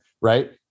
right